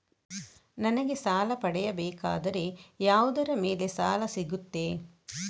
ನನಗೆ ಸಾಲ ಪಡೆಯಬೇಕಾದರೆ ಯಾವುದರ ಮೇಲೆ ಸಾಲ ಸಿಗುತ್ತೆ?